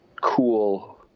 cool